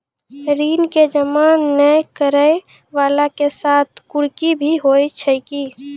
ऋण के जमा नै करैय वाला के साथ कुर्की भी होय छै कि?